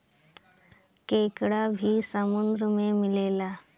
केकड़ा भी समुन्द्र में मिलेला